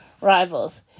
rivals